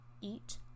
eat